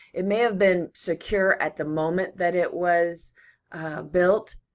it may have been secure at the moment that it was built,